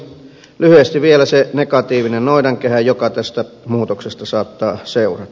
lyhyesti vielä se negatiivinen noidankehä joka tästä muutoksesta saattaa seurata